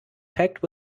packed